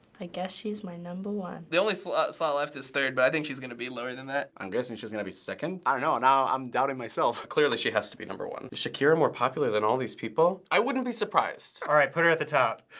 i guess she's my number one. the only slot slot left is third, but i think she's gonna be lower than that. i'm guessing she's gonna be second. i don't know. now i'm doubting myself. clearly, she has to be number one. is shakira more popular than all these people? i wouldn't be surprised. all right, put her at the top.